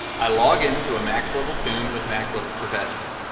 i log in to a max level toon with max level professions.